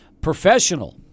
professional